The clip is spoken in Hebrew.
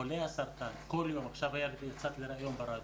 חולי הסרטן, עכשיו יצאתי מריאיון ברדיו,